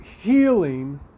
healing